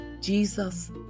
Jesus